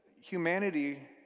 humanity